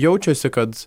joje jaučiasi kad